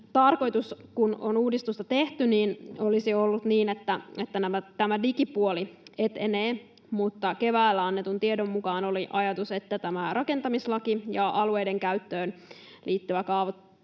tarkoitus, kun on uudistusta tehty, olisi ollut niin, että tämä digipuoli etenee, mutta keväällä annetun tiedon mukaan oli ajatus, että tämä rakentamislaki ja alueiden käyttöön ja